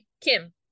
kim